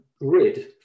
grid